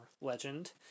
legend